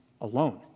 alone